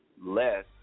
Less